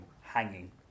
hanging